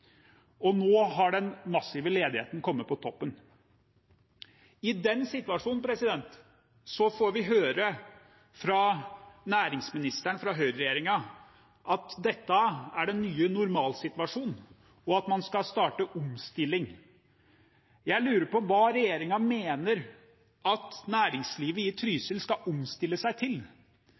Nå har den massive ledigheten kommet på toppen. I den situasjonen får vi høre fra næringsministeren og høyreregjeringen at dette er den nye normalsituasjonen, og at man skal starte med omstilling. Jeg lurer på hva regjeringen mener at næringslivet i Trysil skal omstille seg til.